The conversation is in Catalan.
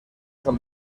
són